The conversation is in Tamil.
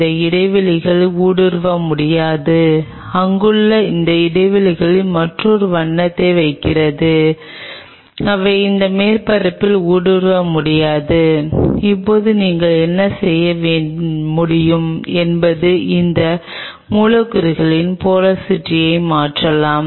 எனவே எடுத்துக்காட்டாக உங்களிடம் இது போன்ற ஒரு செல் சஸ்பென்ஷன் உள்ளது இது இந்த நீல நிறமானது நீங்கள் நடுத்தர உடையில் இருப்பதைக் காட்டுகிறது இது எல்லா செல்களும் இடைநீக்கம் செய்யப்பட்டுள்ளன